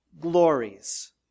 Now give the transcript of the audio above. glories